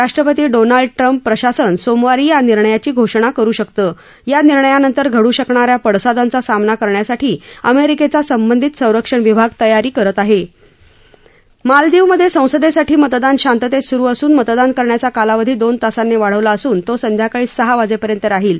राष्ट्रपती Donald Trump प्रशासन सोमवारी या निर्णयाची घोषणा करु शकतं या निर्णयानंतर घडू शकणा या पडसादांचा सामना करण्यासाठी अमेरिकेचा संबंधित संरक्षण विभाग तयारी करत आहे मालदीवमधे संसदेसाठी मतदान शांततेत सुरु असून मतदान करण्याचा कालावधी दोन तासांना वाढवला असून तो संध्याकाळी सहा वाजेपर्यंत राहील